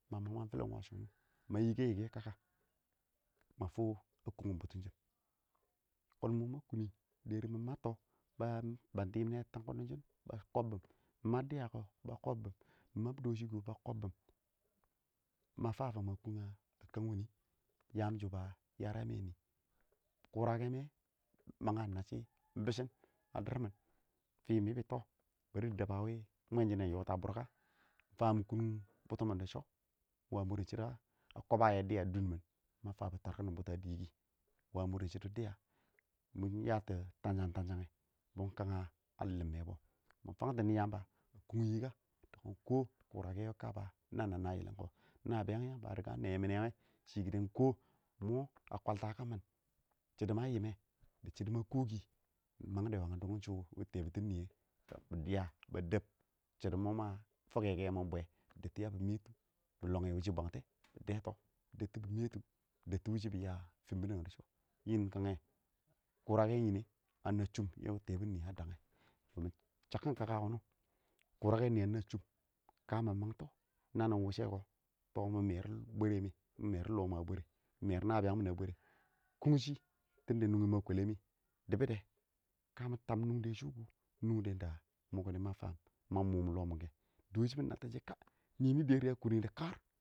Ma mang mang fɪlɪn wash, wʊni- wɔ, ma yɪkɛ yɪkɛ kaka, kɔn mɔ ma kʊnnɪ dɛrɪ mɪ mabtɔ, ba bantɪyɪmi-nɛ a tam kɔdɪshɪn ba kibbʊm ɪng mab dɪya kɪ ba kibbʊm ɪng mab dɔshi kʊ ba kasbbʊm ma fan fang ma kʊng a fii? yaam shʊ ba yaramɛ nɪ? kʊrakɛ mɪ mang kang nab shɪ bɪshɪn a dɪrr mɪn fimi bitɔ dɛb a wɪ manshinɛ ɪng yɔta a bʊrka ɪng faam ɪng kʊngʊm bʊtʊmɪn dɪ shɔ ɪng wa mʊr shir a kɔbbayɛ dɪya dʊn min ma fabʊ twarkin bʊtʊ a dɪɪ kɪ ɪng wa mʊrʊn shɪdɔ dɪya mɪ yatɔ tashan tanshan nɛ, bʊng kang a limmɛ bɔ mɪ fang tɔ Yamba a kʊng yi ka ɪng kɔ kʊrakɛ wɔ kə ba nabba nabba na yɪlɪn kɔ, nabiyang Yamba a a nɛyɛ mɪnɛ wɛ shɪ, kiɪdɪ ɪng kɔ mʊ a kwaltakin mɪn shɪdɔ ma yimmɛ dɪ shɪdɔ ma kɔ kɪ ɪng mangdɛ wangɛ shʊdʊ shuwɔ wi tɛbʊtʊn nɪyɛ dɪya ba dɛb shɪdɔ mʊ ma fʊkɛ mɪ bwɛ dɛttʊ yabɪ mɛtʊ bɪ longɛ wishi bwangtɛ dɪ dɛtɔ bɪ dɛttʊ bɪ mɛtʊ bɪ yaa fimbinɛng dɪ shɪ kʊrakɛn nɪyɛ a nab shʊm dɪ wɪ tɛbʊtʊn niyɛ a dang ngɛ, chabkin kaka wʊng kʊraken nɪyɛ a nab chʊb kə mɪ mangtɔ nanin wʊshɛ kɔ mɪ mɛr lɔ mɔ a bwarɛ mɪ mɛr nabiyang mɪn a bwarɛ, kʊng shɪ nʊngi mɪ a kʊlɛmin dibɔdɛ kamɪ tam nʊngdɛ shʊkʊ, nungdən da mɔkɪdɪ ma fa ma mʊ lɔ mɔ kɛ, dɔshɪ bi nabtʊ shɪ kaɪ nɪnɪ dɛrɪ a kʊnni dɪ kaar.